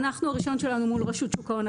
הרישיון שלנו הוא מול רשות שוק ההון,